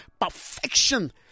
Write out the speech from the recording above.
perfection